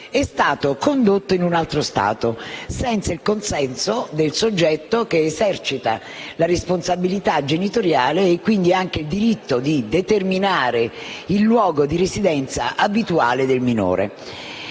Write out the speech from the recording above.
è stato condotto in un altro Stato, senza il consenso del soggetto che esercita la responsabilità genitoriale e, quindi, anche il diritto di determinare il luogo di residenza abituale del minore.